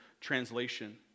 translation